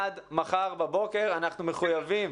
עד מחר בבוקר אנחנו מחויבים